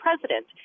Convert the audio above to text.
president